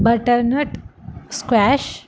butternut squash